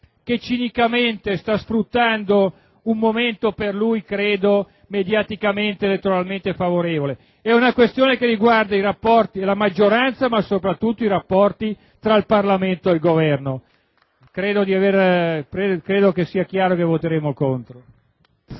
che cinicamente sta sfruttando un momento per lui, credo, mediaticamente ed elettoralmente favorevole, bensì una questione che riguarda i rapporti nella maggioranza e soprattutto tra Parlamento e Governo. Credo che sia chiaro che voteremo contro.